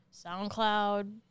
SoundCloud